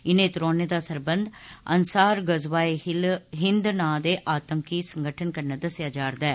इने त्रौनें दा सरबंध अंसार गज़वाए हिंद ना दे आतंकी संगठन कन्नै दस्सेआ जा'रदा ऐ